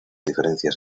diferencias